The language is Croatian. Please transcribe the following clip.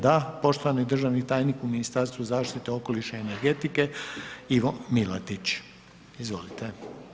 Da, poštovani državni tajnik u Ministarstvu zaštite okoliša i energetike Ivo Milatić, izvolite.